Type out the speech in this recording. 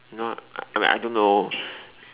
not I mean I don't know